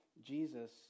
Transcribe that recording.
Jesus